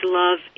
love